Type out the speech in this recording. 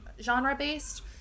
genre-based